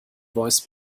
voice